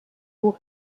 aux